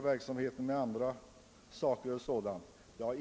tillföras nya arbetsuppgifter.